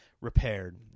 repaired